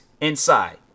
inside